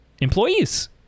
employees